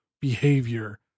behavior